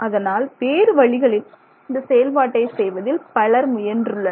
அதனால் வேறு வழிகளில் இந்த செயல்பாட்டை செய்வதில் பலர் முயன்றுள்ளனர்